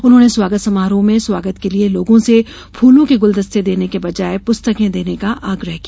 उन्होंने स्वागत समारोह में स्वागत के लिये लोगों से फूलों के गुलदस्ते देने के बजाय पुस्तकें देने का आग्रह किया